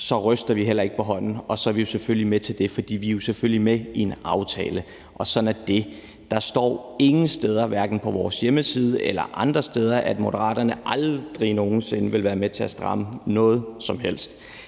så ryster vi heller ikke på hånden, og så er vi selvfølgelig med til det, fordi vi jo er med i en aftale, og sådan er det. Der står ingen steder, hverken på vores hjemmeside eller andre steder, at Moderaterne aldrig nogen sinde vil være med til at stramme noget som helst.